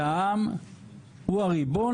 והעם הוא הריבון,